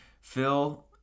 Phil